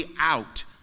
out